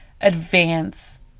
advance